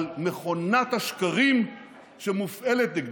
על מכונת השקרים שמופעלת נגדכם,